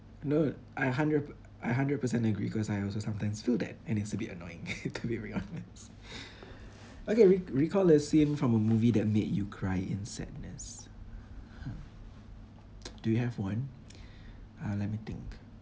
no I hundred I hundred percent agree cause I also sometimes feel that and it's a bit annoying to be very honest okay re~ recall a scene from a movie that made you cry in sadness !huh! do you have one uh let me think